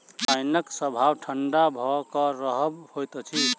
पाइनक स्वभाव ठंढा भ क रहब होइत अछि